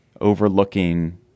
overlooking